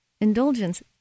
Indulgence